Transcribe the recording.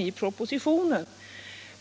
i propositionen om just den saken.